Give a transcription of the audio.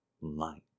light